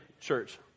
church